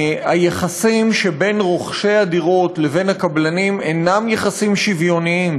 היחסים שבין רוכשי הדירות לבין הקבלנים אינם יחסים שוויוניים,